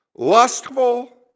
Lustful